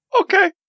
Okay